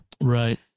Right